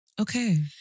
Okay